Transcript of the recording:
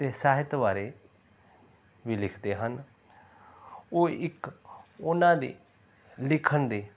ਅਤੇ ਸਾਹਿਤ ਬਾਰੇ ਵੀ ਲਿਖਦੇ ਹਨ ਉਹ ਇੱਕ ਉਹਨਾਂ ਦੀ ਲਿਖਣ ਦੀ